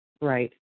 right